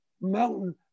mountain